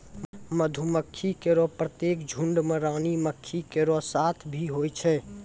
मधुमक्खी केरो प्रत्येक झुंड में रानी मक्खी केरो साथ भी होय छै